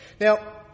Now